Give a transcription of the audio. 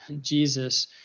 Jesus